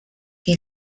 que